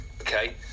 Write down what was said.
okay